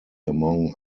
among